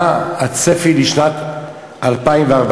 מהצפי לשנת 2014,